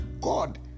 God